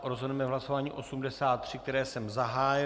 Rozhodneme v hlasování 83, které jsem zahájil.